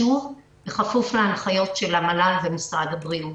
שוב, בכפוף להנחיות של המל"ל ומשרד הבריאות.